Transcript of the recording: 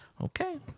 Okay